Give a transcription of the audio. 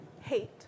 hate